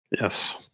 yes